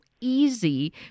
easy